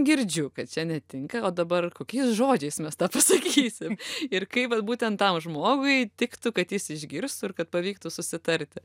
girdžiu kad čia netinka o dabar kokiais žodžiais mes tą pasakysim ir kaip vat būtent tam žmogui tiktų kad jis išgirstų ir kad pavyktų susitarti